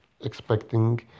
expecting